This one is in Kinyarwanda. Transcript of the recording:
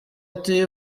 ati